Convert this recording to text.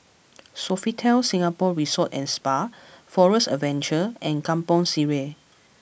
Sofitel Singapore Resort and Spa Forest Adventure and Kampong Sireh